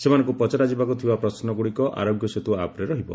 ସେମାନଙ୍କୁ ପଚରାଯିବାକୁ ଥିବା ପ୍ରଶ୍ନଗୁଡ଼ିକ ଆରୋଗ୍ୟ ସେତୁ ଆପ୍ରେ ରହିବ